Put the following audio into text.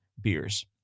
beers